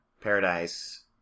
Paradise